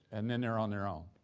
and then they're on their own,